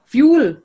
Fuel